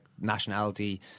nationality